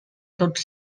tots